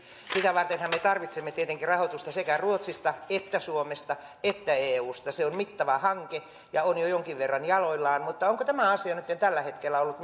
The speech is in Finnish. sitä vartenhan me tarvitsemme tietenkin rahoitusta sekä ruotsista että suomesta että eusta se on mittava hanke ja on jo jonkin verran jaloillaan mutta onko tämä asia nyt tällä hetkellä ollut